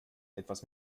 etwas